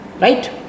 Right